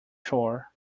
shore